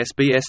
SBS